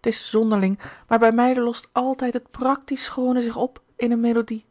t is zonderling maar bij mij lost altijd het practisch schoone zich op in eene melodie